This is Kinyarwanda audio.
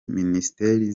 ministeri